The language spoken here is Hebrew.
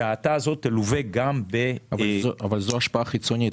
וההאטה הזאת תלווה גם --- אבל זאת השפעה חיצונית,